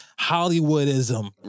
Hollywoodism